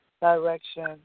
direction